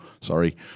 sorry